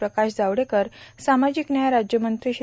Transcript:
प्रकाश जावडेकर सामाजिक व्याय राज्यमंत्री श्री